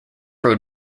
road